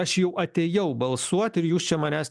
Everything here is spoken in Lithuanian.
aš jau atėjau balsuot ir jūs čia manęs